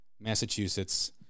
Massachusetts